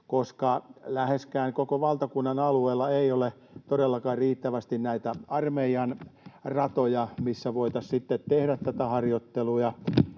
koska läheskään koko valtakunnan alueella ei ole todellakaan riittävästi näitä armeijan ratoja, millä voitaisiin sitten tehdä tätä harjoittelua.